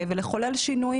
ולחולל שינויים.